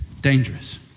dangerous